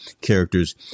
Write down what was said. characters